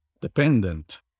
dependent